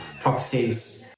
properties